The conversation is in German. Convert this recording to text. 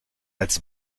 als